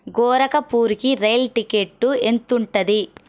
గోరఖపూర్కి rail ticket ఎంతుంటది